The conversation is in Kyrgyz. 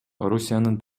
орусиянын